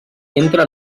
entra